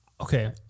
okay